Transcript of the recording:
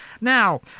Now